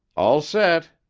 all set.